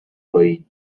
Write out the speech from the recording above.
پایین